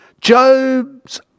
Job's